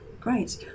great